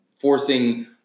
forcing –